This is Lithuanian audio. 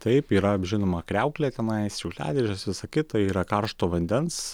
taip yra žinoma kriauklė tenais šiukšliadėžės visa kita yra karšto vandens